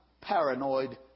paranoid